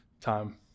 time